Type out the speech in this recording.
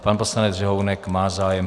Pan poslanec Řehounek má zájem.